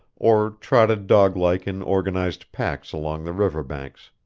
or trotted dog-like in organized packs along the river banks.